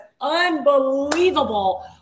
Unbelievable